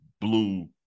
blue